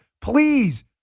please